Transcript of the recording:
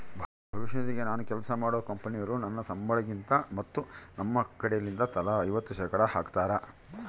ಭವಿಷ್ಯ ನಿಧಿಗೆ ನಾನು ಕೆಲ್ಸ ಮಾಡೊ ಕಂಪನೊರು ನನ್ನ ಸಂಬಳಗಿಂದ ಮತ್ತು ತಮ್ಮ ಕಡೆಲಿಂದ ತಲಾ ಐವತ್ತು ಶೇಖಡಾ ಹಾಕ್ತಾರ